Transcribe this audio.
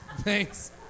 thanks